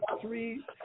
three